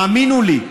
האמינו לי.